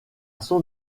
son